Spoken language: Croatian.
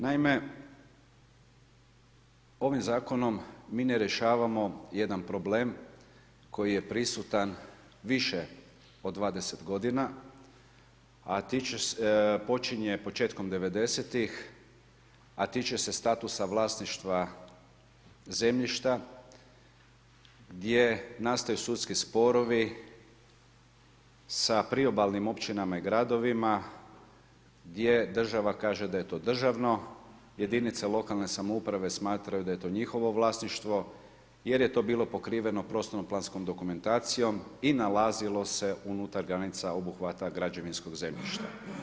Naime, ovim Zakonom mi ne rješavamo jedan problem koji je prisutan više od 20 godina, a počinje početkom 90-ih, a tiče se statusa vlasništva zemljišta, gdje nastaju sudski sporovi sa priobalnim općinama i gradovima gdje država kaže da je to državno, jedinice lokalne samouprave smatraju da je to njihovo vlasništvo jer je to bilo pokriveno prostorno-planskom dokumentacijom i nalazilo se unutar granica obuhvata građevinskog zemljišta.